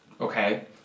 okay